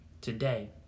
Today